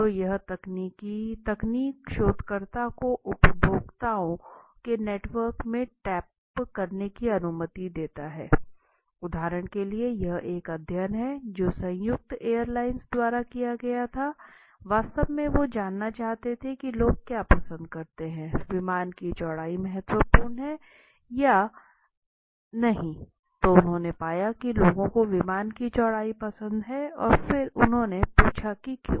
तो यह तकनीक शोधकर्ता को उपभोक्ताओं के नेटवर्क में टैप करने की अनुमति देता है उदाहरण के लिए यह एक अध्ययन है जो संयुक्त एयरलाइंस द्वारा किया गया था वास्तव में वे जानना चाहते थे कि लोग क्या पसंद करते हैं विमान की चौड़ाई महत्वपूर्ण है या नहीं तो उन्होंने पाया कि लोगों को विमान की चौड़ाई पसंद है और फिर उन्होंने पूछा कि क्यों